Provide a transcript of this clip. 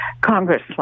Congress